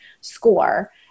score